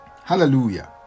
Hallelujah